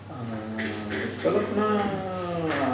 err சொல்லபோனா:sollapona